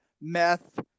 meth